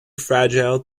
fragile